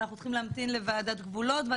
ואנחנו צריכים להמתין לוועדת גבולות,